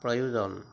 প্ৰয়োজন